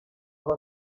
aho